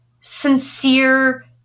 sincere